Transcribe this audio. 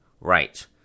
Right